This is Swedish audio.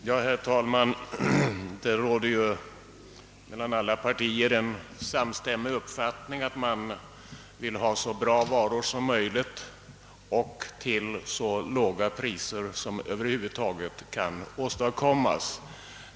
Herr talman! Det råder inom alla partier en samstämmig uppfattning om att man vill ha så bra varor som möjligt till så låga priser som över huvud taget kan åstadkommas.